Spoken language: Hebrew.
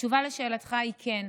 התשובה על שאלתך היא כן,